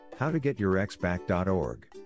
howtogetyourexback.org